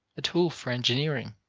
a tool for engineering